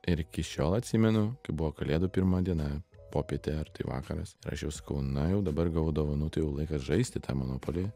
ir iki šiol atsimenu kai buvo kalėdų pirma diena popietė ar tai vakaras ir aš jau sakau na jau dabar gavau dovanų tai jau laikas žaisti tą monopolį